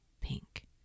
pink